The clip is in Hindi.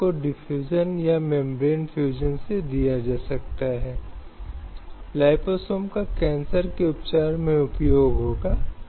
बंधुआ मजदूरी गुलामी अनैतिक तस्करी सभी इस श्रेणी में शामिल हैं और संसद को उचित कानून बनाने और इन कृत्यों को दंडित करने के लिए अधिकृत किया गया है